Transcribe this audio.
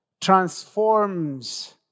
transforms